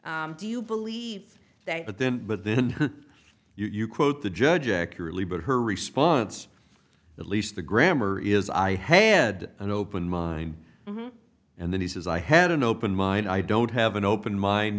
colloquy do you believe that but then but then you quote the judge accurately but her response at least the grammar is i had an open mind and then he says i had an open mind i don't have an open mind